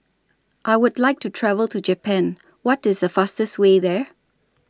I Would like to travel to Japan What IS The fastest Way There